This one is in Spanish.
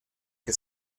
que